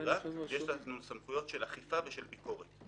יש לנו סמכויות של אכיפה ושל ביקורת,